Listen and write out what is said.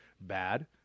bad